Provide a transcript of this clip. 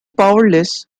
powerless